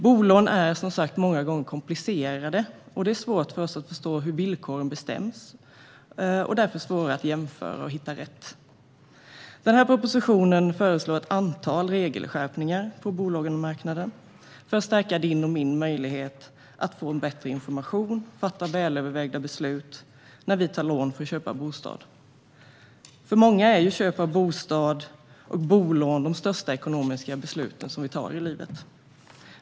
Bolån är som sagt många gånger komplicerade, och det är svårt för oss att förstå hur villkoren bestäms. Därför är det svårt att jämföra för att hitta rätt. Denna proposition föreslår ett antal regelskärpningar på bolånemarknaden för att stärka din och min möjlighet att få bättre information och fatta välövervägda beslut när vi tar lån för att köpa bostad. För många är köp av bostad och att ta bolån de största ekonomiska beslut som tas i livet.